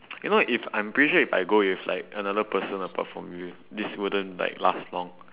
you know if I'm pretty sure if I go with like another person apart from you this wouldn't like last long